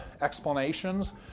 explanations